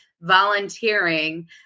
volunteering